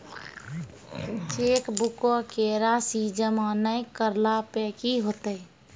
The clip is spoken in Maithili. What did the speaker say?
चेकबुको के राशि जमा नै करला पे कि होतै?